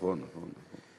נכון, נכון.